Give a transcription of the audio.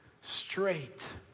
straight